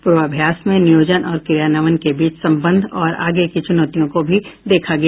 पूर्वाभ्यास में नियोजन और क्रियान्वयन के बीच संबंध तथा आगे के चुनौतियों को भी देखा गया